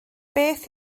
beth